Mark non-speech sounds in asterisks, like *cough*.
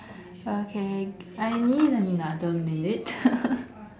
okay I need another minute *laughs*